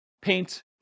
paint